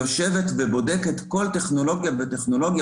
היא יושבת ובודקת כל טכנולוגיה וטכנולוגיה